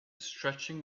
stretching